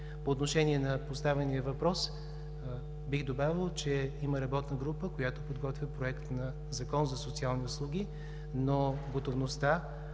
По отношение на поставения въпрос бих добавил, че има работна група, която подготвя Проект на Закон за социални услуги, но готовността